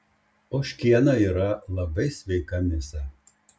ožkiena yra labai sveika mėsa